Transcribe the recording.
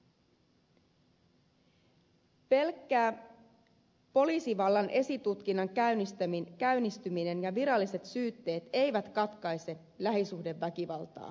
pelkkä poliisivallan esitutkinnan käynnistyminen ja viralliset syytteet eivät katkaise lähisuhdeväkivaltaa valitettavasti